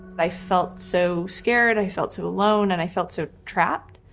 i felt so scared. i felt so alone. and i felt so trapped.